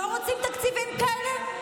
לא רוצים תקציבים כאלה?